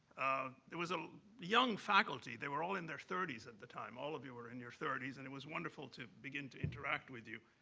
it was a young faculty. they were all in their thirty s at the time, all of you were in your thirty s, and it was wonderful to begin to interact with you.